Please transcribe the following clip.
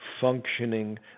functioning